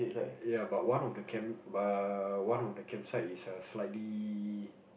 ya but one of the camp but one of the camp site is slightly